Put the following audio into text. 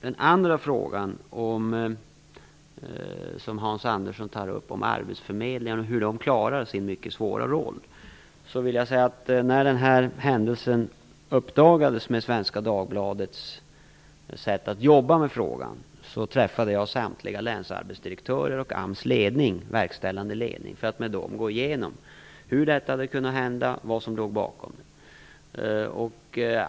Den andra fråga Hans Andersson tar upp gäller arbetsförmedlingarna och hur de klarar sin mycket svåra roll. När händelsen - och Svenska Dagbladets sätt att jobba med frågan - uppdagades träffade jag samtliga länsarbetsdirektörer och AMS verkställande ledning för att med dem gå igenom hur det hade kunnat hända och vad som låg bakom.